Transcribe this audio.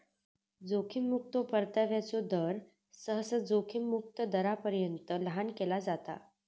जोखीम मुक्तो परताव्याचो दर, सहसा जोखीम मुक्त दरापर्यंत लहान केला जाता